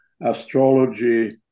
astrology